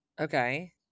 Okay